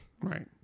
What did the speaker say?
Right